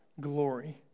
glory